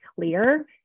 clear